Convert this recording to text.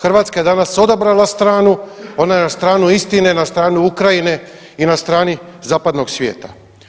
Hrvatska je danas odabrala stanu, ona je na stranu istine, na stranu Ukrajine i na strani zapadnog svijeta.